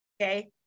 Okay